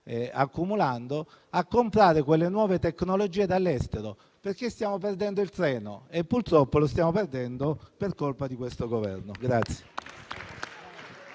accumulando, a comprare le nuove tecnologie dall'estero, perché stiamo perdendo il treno e purtroppo lo stiamo perdendo per colpa di questo Governo.